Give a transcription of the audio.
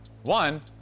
One